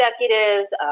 executives